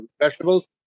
vegetables